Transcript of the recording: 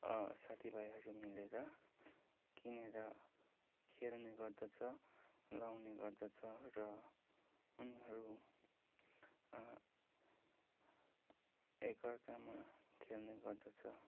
साथीभाइहरू मिलेर किनेर खेल्ने गर्दछ लाउने गर्दछ र उनीहरू एकार्कामा खेल्ने गर्दछ